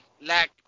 lack